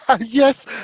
Yes